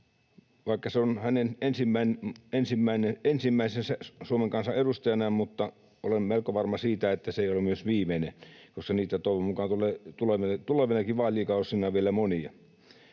Se on hänen ensimmäisensä Suomen kansan edustajana, mutta olen melko varma siitä, että se ei ole myös viimeinen, koska niitä toivon mukaan tulee meille